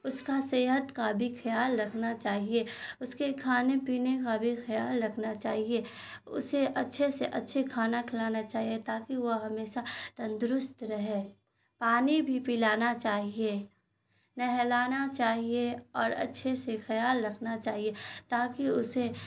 اس کا صحت کا بھی خیال رکھنا چاہیے اس کے کھانے پینے کا بھی خیال رکھنا چاہیے اسے اچھے سے اچھے کھانا کھلانا چاہیے تاکہ وہ ہمیشہ تندرست رہے پانی بھی پلانا چاہیے نہلانا چاہیے اور اچھے سے خیال رکھنا چاہیے تاکہ اسے